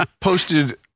Posted